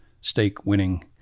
stake-winning